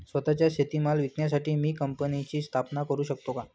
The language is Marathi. स्वत:चा शेतीमाल विकण्यासाठी मी कंपनीची स्थापना करु शकतो का?